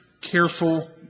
careful